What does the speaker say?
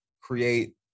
create